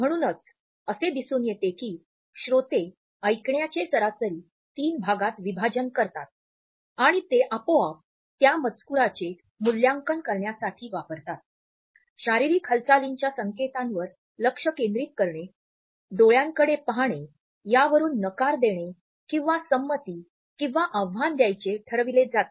म्हणूनच असे दिसून येते की श्रोते ऐकण्याचे सरासरी तीन भागात विभाजन करतात आणि ते आपोआप त्या मजकूराचे मूल्यांकन करण्यासाठी वापरतात शारीरिक हालचालींच्या संकेतांवर लक्ष केंद्रित करणे डोळ्यांकडे पाहणे यावरुन नकार देणे किंवा संमती किंवा आव्हान द्यायचे ठरविले जाते